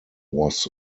was